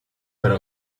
pero